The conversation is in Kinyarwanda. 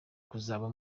kuzaba